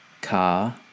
car